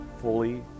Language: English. fully